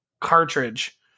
cartridge